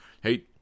Hey